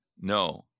No